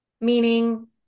Meaning